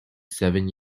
seven